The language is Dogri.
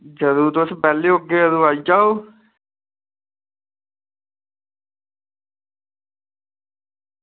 जदूं तुस बेह्ले होगे अदूं आई जाओ